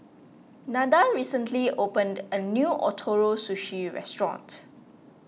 Nada recently opened a new Ootoro Sushi restaurant